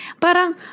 parang